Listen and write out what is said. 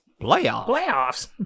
Playoffs